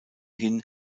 hin